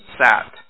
sat